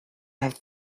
have